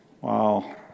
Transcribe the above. Wow